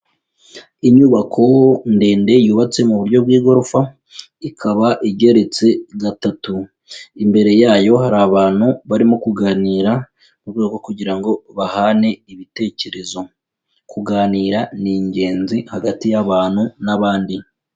Inyubako ndende yubatse mu buryo bw'igorofa ikaba igeretse gatatu, imbere yayo hari abantu barimo kuganira mu rwego rwo kugira ngo bahane ibitekerezo, kuganira ni ingenzi hagati y'abantu n'abandi.